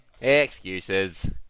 Excuses